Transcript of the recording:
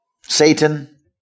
Satan